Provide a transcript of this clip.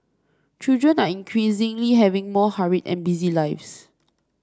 children are increasingly having more hurried and busy lives